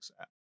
app